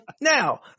now